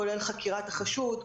כולל חקירת החשוד,